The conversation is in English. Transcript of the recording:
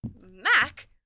Mac